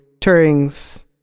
Turing's